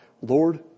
Lord